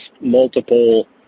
multiple